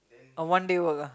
a one day work ah